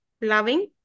loving